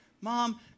Mom